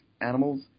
animals